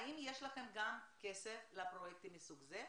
האם יש לכם גם כסף לפרויקטים מסוג זה?